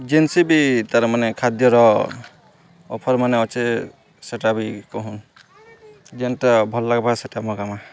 ଯେନ୍ସି ବି ତାର୍ମାନେ ଖାଦ୍ୟର ଅଫର୍ମାନେ ଅଛେ ସେଟା ବି କହୁନ୍ ଯେନ୍ଟା ଭଲ୍ ଲାଗ୍ବା ସେଟା ମଗାମା